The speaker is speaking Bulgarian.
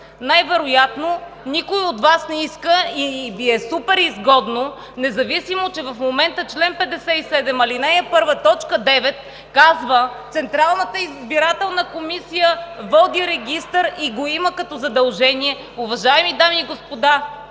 Най-вероятно никой от Вас не иска и Ви е супер изгодно, независимо че в момента чл. 57, ал. 1, т. 9 казва: Централната избирателна комисия води регистър и го има като задължение. Уважаеми дами и господа,